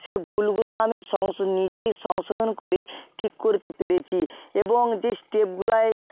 সে ভুলগুলো আমি সংশো নিজেই সংশোধন করে ঠিক করতে পেরেছি এবং যে স্টেপগুলোয়